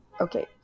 Okay